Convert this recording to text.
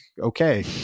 okay